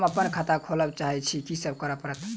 हम अप्पन खाता खोलब चाहै छी की सब करऽ पड़त?